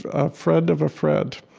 a friend of a friend.